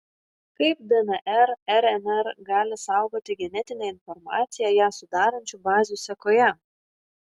kaip dnr rnr gali saugoti genetinę informaciją ją sudarančių bazių sekoje